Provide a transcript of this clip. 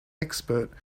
expert